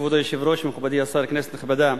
כבוד היושב-ראש, מכובדי השר, כנסת נכבדה,